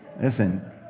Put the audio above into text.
Listen